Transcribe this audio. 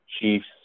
chiefs